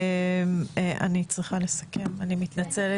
אני צריכה לסכם, אני מתנצלת.